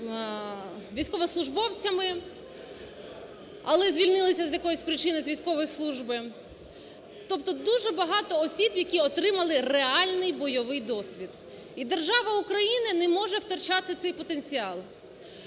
військовослужбовцями, але звільнилися з якоїсь причини з військової служби, тобто дуже багато осіб, які отримали реальний бойовий досвід. І держава Україна не може втрачати цей потенціал.